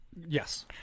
Yes